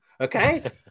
Okay